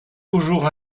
toujours